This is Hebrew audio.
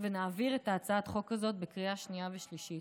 ונעביר את הצעת החוק הזאת בקריאה שנייה ושלישית.